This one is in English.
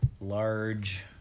Large